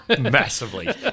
massively